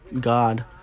god